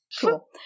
Cool